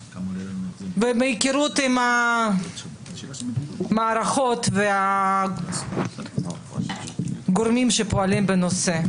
ומהיכרות עם המערכות ועם הגורמים שפועלים בנושא,